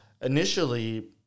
initially